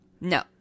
No